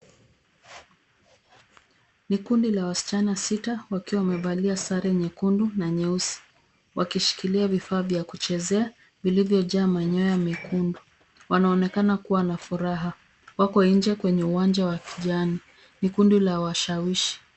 Ni kundi la wasichana sita, wakiwa wamevalia sare nyekundu na nyeusi. Wakishikilia vifaa vya kuchezea vilivyojaa manyoya mekundu. Wanaonekana kuwa na furaha. Wako nje kwenye uwanja wa kijani. Ni kundi la washawishi.